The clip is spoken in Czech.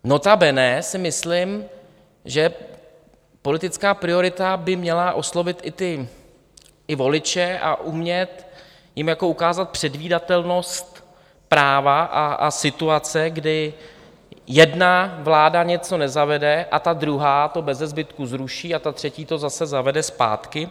Notabene si myslím, že politická priorita by měla oslovit i voliče a umět jim ukázat předvídatelnost práva a situace, kdy jedna vláda něco nezavede (?) a ta druhá to bezezbytku zruší a ta třetí to zase zavede zpátky.